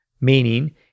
meaning